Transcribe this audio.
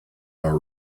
our